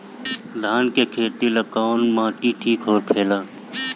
धान के खेती ला कौन माटी ठीक होखेला?